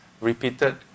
repeated